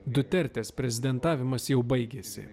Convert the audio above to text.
dutertės prezidentavimas jau baigėsi